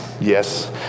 yes